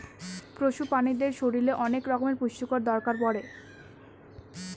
পশু প্রাণীদের শরীরে অনেক রকমের পুষ্টির দরকার পড়ে